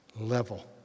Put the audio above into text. level